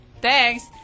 Thanks